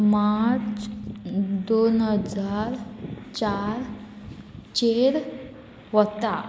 मार्च दोन हजार चार चेर वता